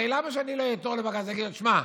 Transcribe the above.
הרי למה שאני לא אעתור לבג"ץ ואגיד לו: תשמע,